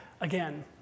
again